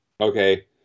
okay